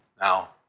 Now